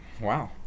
Wow